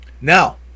Now